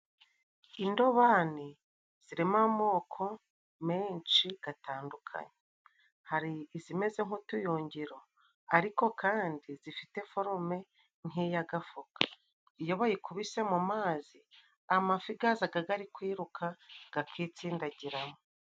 Indobani zirimo amoko menshi gatandukanye, hari izi meze nk'utuyugiro ariko kandi zifite forume nkiya gafuka, iyo bayikubise mu mazi amafi gazaga gari kwiruka gakitsindagiramo.